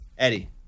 Eddie